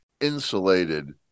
insulated